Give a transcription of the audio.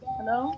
Hello